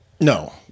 no